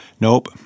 Nope